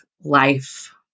life